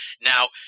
Now